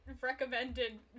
recommended